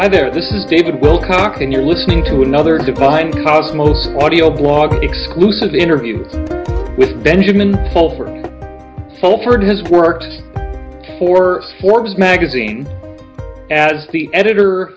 i there this is david wilcox and you're listening to another divine cosmos audio blog exclusive interview with benjamin fulford sulphuric has worked for forbes magazine as the editor